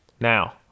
Now